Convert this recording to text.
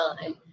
time